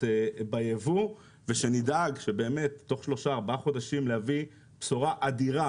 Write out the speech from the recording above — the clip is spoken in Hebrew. ביבוא ושנדאג שבאמת תוך שלושה-ארבעה חודשים להביא בשורה אדירה